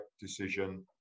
decision